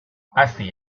hazi